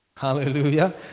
Hallelujah